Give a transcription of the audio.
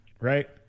right